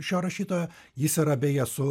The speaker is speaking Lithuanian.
šio rašytojo jis yra beje su